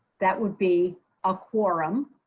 that would be a quorum.